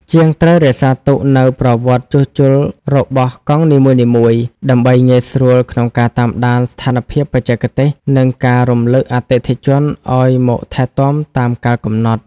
ជាងត្រូវរក្សាទុកនូវប្រវត្តិជួសជុលរបស់កង់នីមួយៗ ដើម្បីងាយស្រួលក្នុងការតាមដានស្ថានភាពបច្ចេកទេស និងការរំលឹកអតិថិជនឱ្យមកថែទាំតាមកាលកំណត់។